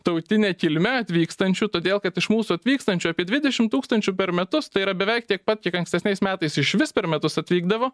tautine kilme atvykstančių todėl kad iš mūsų atvykstančių apie dvidešim tūkstančių per metus tai yra beveik tiek pat kiek ankstesniais metais išvis per metus atvykdavo